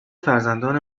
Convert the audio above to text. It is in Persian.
فرزندان